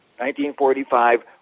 1945